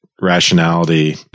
rationality